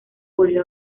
volvió